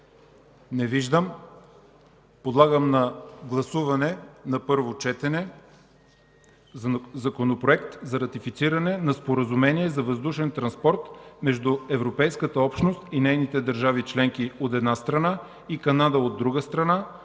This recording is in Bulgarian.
Не виждам желаещи. Подлагам на първо гласуване Законопроект за ратифициране на Споразумението за въздушен транспорт между Европейската общност и нейните държави членки, от една страна, и Канада, от друга страна,